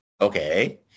Okay